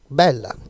bella